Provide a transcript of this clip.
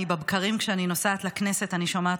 בבקרים כשאני נוסעת לכנסת אני שומעת